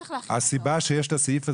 הסיבה שיש את הסעיף הזה,